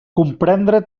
comprendre